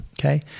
okay